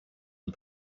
une